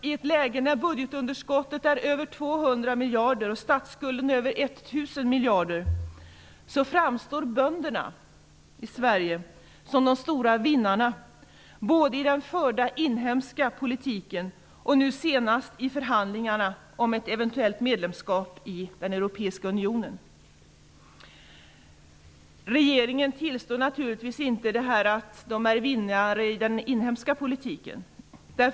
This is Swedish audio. I ett läge då budgetunderskottet är över 200 miljarder och statsskulden över 1 000 miljarder framstår bönderna i Sverige som de stora vinnarna i den förda inhemska politiken och nu senast också i förhandlingarna om ett eventuellt medlemskap i den europeiska unionen. Regeringen tillstår naturligtvis inte att bönderna är vinnare i den inhemska politiken.